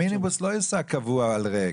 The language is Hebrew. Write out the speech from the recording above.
המיניבוס לא ייסע קבוע על ריק.